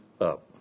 up